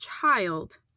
child